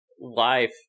life